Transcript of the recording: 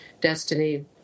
destiny